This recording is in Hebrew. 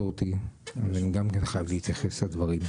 היות והזכרת אותי אז אני גם כן חייב להתייחס לדברים,